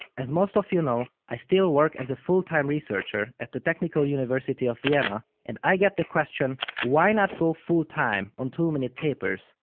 as most of you know, i still work as a full-time researcher at the technical university of vienna and i get the question why not go full time on two minute papers?